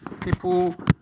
people